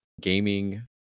gaming